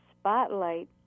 spotlight